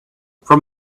from